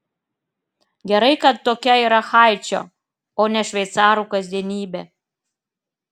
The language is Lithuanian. gerai kad tokia yra haičio o ne šveicarų kasdienybė